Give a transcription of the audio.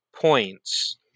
points